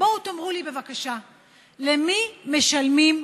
שלא מסכימה